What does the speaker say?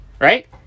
right